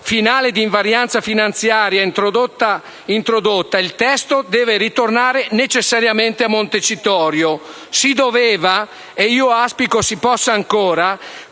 finale di invarianza finanziaria introdotta, deve ritornare necessariamente a Montecitorio. Si doveva - e auspico si possa ancora